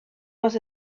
was